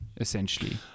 essentially